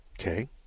Okay